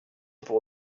pour